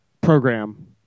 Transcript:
program